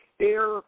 air